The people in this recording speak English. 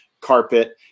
carpet